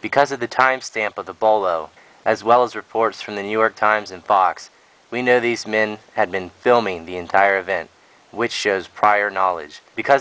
because of the timestamp of the ball though as well as reports from the new york times and fox we know these men had been filming the entire event which shows prior knowledge because